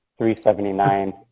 379